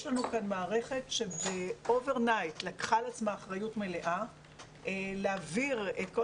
יש לנו כאן מערכת שבן לילה לקחה על עצמה אחריות מלאה להעביר את כל